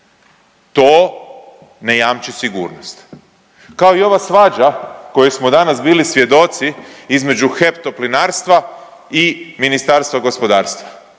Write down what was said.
To ne jamči sigurnost. Kao i ova svađa kojoj smo danas bili svjedoci između HEP Toplinarstva i Ministarstva gospodarstva.